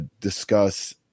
discuss